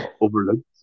overlooked